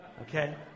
Okay